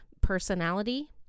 personality